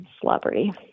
Celebrity